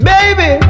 Baby